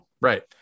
Right